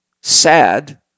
sad